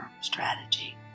strategy